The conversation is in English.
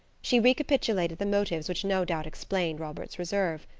she recapitulated the motives which no doubt explained robert's reserve.